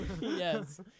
Yes